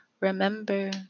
Remember